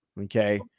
Okay